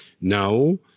now